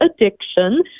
addiction